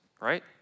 right